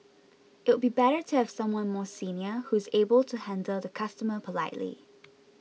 it'll be better to have someone more senior who's able to handle the customer politely